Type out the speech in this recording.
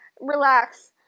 relax